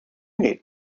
need